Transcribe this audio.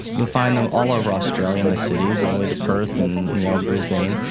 you'll find them all over australia in the cities, all the way to perth and yeah um brisbane,